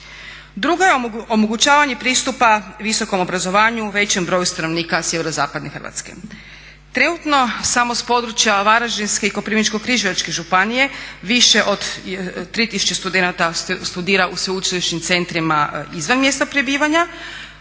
Drugo je omogućavanje pristupa visokom obrazovanju većem broju stanovnika sjeverozapadne Hrvatske. Trenutno samo s područja Varaždinske i Koprivničko-križevačke županije više od 3 tisuće studenata studira u sveučilišnim centrima izvan mjesta prebivanja,